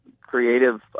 creative